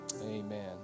Amen